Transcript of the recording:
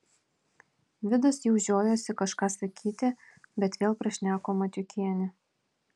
vidas jau žiojosi kažką sakyti bet vėl prašneko matiukienė